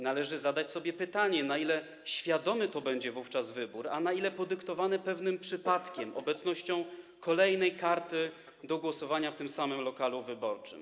Należy zadać sobie pytanie, na ile świadomy to będzie wówczas wybór, a na ile podyktowany pewnym przypadkiem, obecnością kolejnej karty do głosowania w tym samym lokalu wyborczym.